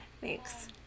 thanks